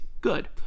Good